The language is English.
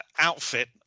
outfit